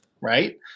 Right